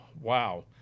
wow